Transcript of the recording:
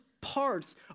parts